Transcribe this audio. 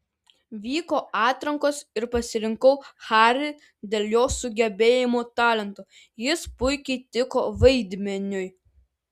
vyko atrankos ir pasirinkau harry dėl jo sugebėjimų talento jis puikiai tiko vaidmeniui